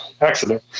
accident